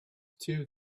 two